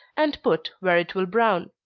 and put where it will brown.